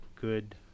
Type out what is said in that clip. good